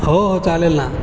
हो हो चालेल ना